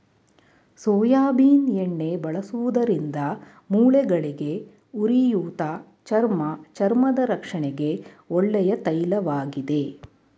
soybean ಎಣ್ಣೆ ಬಳಸುವುದರಿಂದ ಮೂಳೆಗಳಿಗೆ, ಉರಿಯೂತ, ಚರ್ಮ ಚರ್ಮದ ರಕ್ಷಣೆಗೆ ಒಳ್ಳೆಯ ತೈಲವಾಗಿದೆ